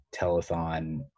telethon